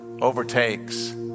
overtakes